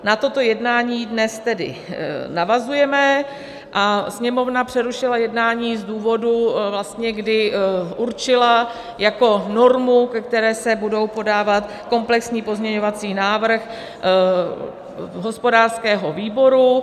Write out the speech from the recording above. Na toto jednání dnes tedy navazujeme a Sněmovna přerušila jednání z důvodu, kdy určila jako normu, ke které se bude podávat komplexní pozměňovací návrh hospodářského výboru.